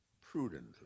prudently